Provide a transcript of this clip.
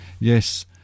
Yes